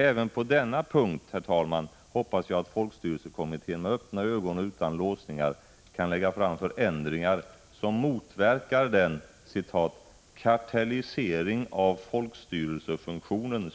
Även på denna punkt hoppas jag att folkstyrelsekommittén med öppna ögon och utan låsningar kan lägga fram förändringar som motverkar den ”kartellisering av folkstyrelsefunktionen”